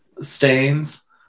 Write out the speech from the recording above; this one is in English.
stains